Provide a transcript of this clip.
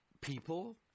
people